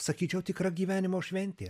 sakyčiau tikra gyvenimo šventė